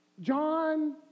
John